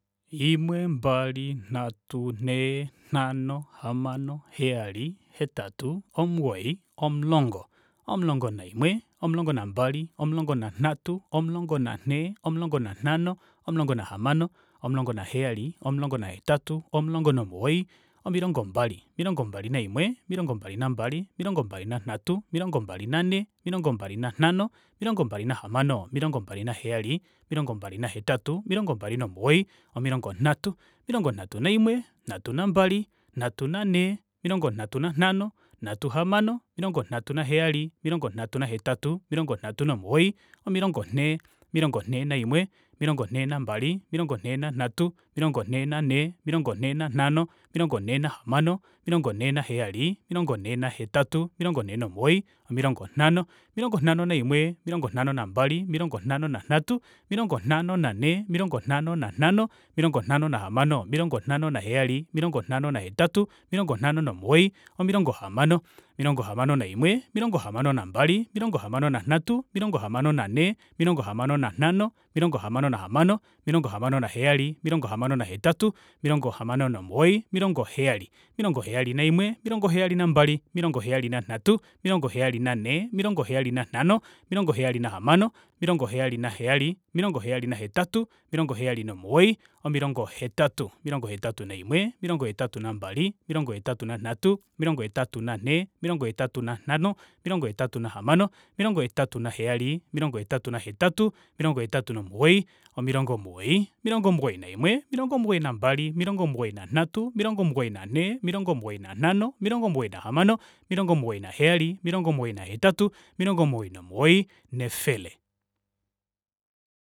Imwe mbali nhatu nhee nhano hamano heyali hetatu omugoyi omulongo omulongo naimwe omulongo nambali omulongo nanhatu omulongo nanhee omulongo nanhano omulongo nahamano omulongo naheyali omulongo nahetatu omulongo nomugoyi omilongo mbali omilongo mbali naimwe omilongo mbali nambali omilongo mbali nanhatu omilongo mbali nanhee omilongo mbali nanhano omilongo mbali nahamano omilongo mbali naheyali omilongo mbali nahetatu omilongo mbal nomugoyi omilongo nhatu omilongo nhatu naimwe omilongo nhatu nambali omilongo nhatu nanhatu omilongo nhatu nanhee omilongo nhatu nanhano omilongo nhatu nahamano omilongo nhatu naheyali omilongo nhatu nahetatu omilongo nhatu nomugoyi omilongo nhee omilongo nhee naimwe omilongo nhee nambali omilongo nhee nanhatu omilongo nhee nanhee omilongo nhee nanhano omilongo nhee nahamano omilongo nhee naheyali omilongo nhee nahetatu omilongo nhee nomugoyi omilongo nhano omilongo nhano naimwe omilongo nhano nambali omilongo nhano nanhatu omilongo nhano nanhee omilongo nhano nanhano omilongo nhano nahamano omilongo nhano naheyali omilongo nhano nahetatu omilongo nhano nomugoyi omilongo hamano omilongo hamano omilongo hamano naimwe omilongo hamano nambali omilongo hamano nanhatu omilongo hamano nanhee omilongo hamano nanhano omilongo hamano nahamano omilongo hamano naheyali omilongo hamano nahetatu omilongo hamano nomugoyi omilongo heyali omilongo heyali naimwe omilongo heyali nambali omilongo heyali nanhatu omilongo heyali nanhee omilongo heyali nanhano omilongo heyali nahamano omilongo heyali heyali omilongo heyali nahetatu omilongo heyali nomugoyi omilongo hetatu omilongo hetatu naimwe omilongo hetatu nambali omilongo hetatu nanhatu omilongo hetatu nanhee omilongo hetatu nanhano omilongo hetatu nahamano omilongo hetatu heyali omilongo hetatu hetatu omilongo hetatu nomugoyi omilongo omugoyi omilongo omugoyi naimwe omilongo omugoyi nambali omilongo omugoyi nanhatu omilongo mugoyi nanhee omilongo omugoyi nanhano omilongo omugoyi nahamano omilongo omugoyi naheyali omilongo omugoyi nahetatu omilongo omugoyi nomugoyi efele